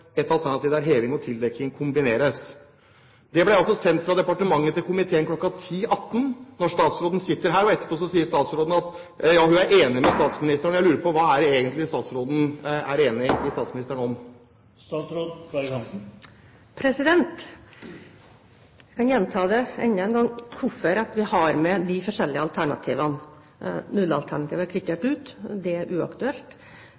der heving og tildekking kombineres. Det ble sendt fra departementet til komiteen kl. 10.18, da statsråden satt her. Etterpå sier statsråden at hun er enig med statsministeren. Jeg lurer på hva statsråden egentlig er enig med statsministeren om. Jeg kan gjenta enda en gang hvorfor vi har med de forskjellige alternativene. Nullalternativet